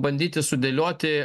bandyti sudėlioti